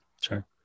Sure